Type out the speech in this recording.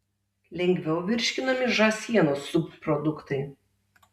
lengviau virškinami žąsienos subproduktai